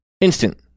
Instant